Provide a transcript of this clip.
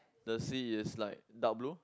the sea is like dark blue